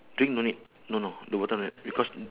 drink no need no the bottle right because